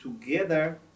together